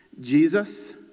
Jesus